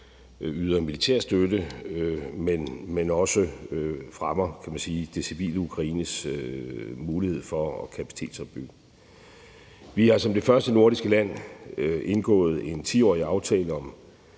yder militær støtte, men også fremmer, kan man sige, det civile Ukraines mulighed for at kapacitetsopbygge. Vi har som det første nordiske land indgået en 10-årig aftale om